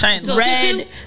red